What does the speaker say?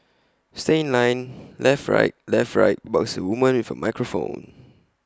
stay in line left right left right barks A woman with A microphone